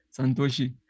Santoshi